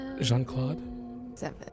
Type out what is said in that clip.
Jean-Claude